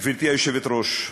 גברתי היושבת-ראש,